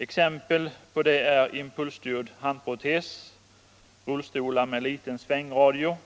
Exempel på det är impulsstyrd handprotes, rullstol med liten svängradie